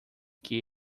que